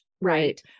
right